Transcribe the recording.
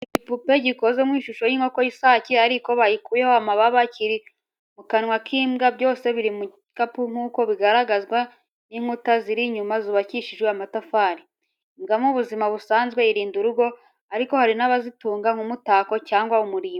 Igipupe gikoze mu ishusho y’inkoko y’isake ariko bayikuyeho amababa, kiri mu kanwa k’imbwa. Byose biri mu gipangu nk’uko bigaragazwa n’inkuta ziri inyuma zubakishije amatafari. Imbwa mu buzima busanzwe irinda urugo ariko hari n’abazitunga nk’umutako cyangwa umurimbo.